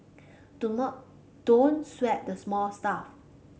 don't sweat the small stuff